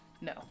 No